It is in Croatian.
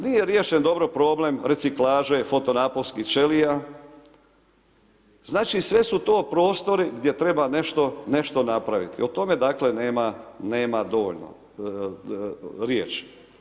Nije riješen dobro problem reciklaže fotonaponskih ćelija, znači sve su to prostori gdje treba nešto napraviti, o tome nema dovoljno riječi.